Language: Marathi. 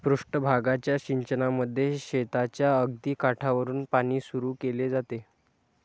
पृष्ठ भागाच्या सिंचनामध्ये शेताच्या अगदी काठावरुन पाणी सुरू केले जाते